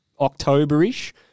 October-ish